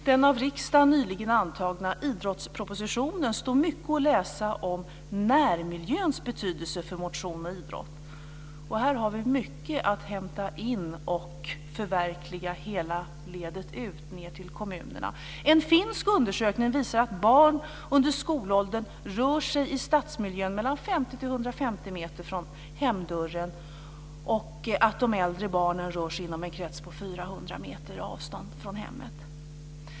I den av riksdagen nyligen antagna idrottspropositionen står mycket att läsa om närmiljöns betydelse för motion och idrott. Här har vi mycket att hämta in och förverkliga hela ledet ut till kommunerna.